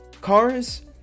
cars